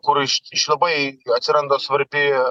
kur iš iš labai atsiranda svarbi